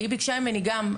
והיא ביקשה ממני גם,